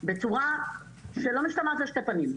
בצורה שלא משתמעת לשתי פנים.